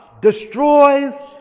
destroys